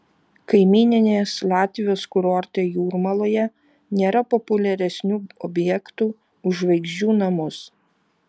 kaimyninės latvijos kurorte jūrmaloje nėra populiaresnių objektų už žvaigždžių namus